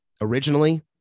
originally